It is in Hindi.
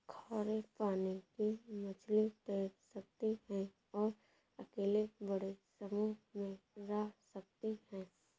खारे पानी की मछली तैर सकती है और अकेले बड़े समूह में रह सकती है